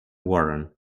warren